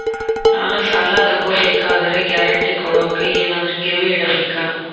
ನಾನು ಸಾಲ ತಗೋಬೇಕಾದರೆ ಗ್ಯಾರಂಟಿ ಕೊಡೋಕೆ ಏನಾದ್ರೂ ಗಿರಿವಿ ಇಡಬೇಕಾ?